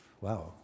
wow